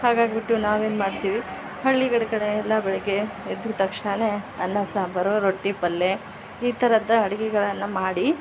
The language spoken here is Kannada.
ಹಾಗಾಗಿಬಿಟ್ಟು ನಾವೇನು ಮಾಡ್ತೀವಿ ಹಳ್ಳಿಗಳ ಕಡೆಯಲ್ಲ ಬೆಳಗ್ಗೆ ಎದ್ದು ತಕ್ಷಣನೇ ಅನ್ನ ಸಾಂಬಾರ್ ರೊಟ್ಟಿ ಪಲ್ಲೆ ಈ ಥರದ ಅಡುಗೆಗಳನ್ನು ಮಾಡಿ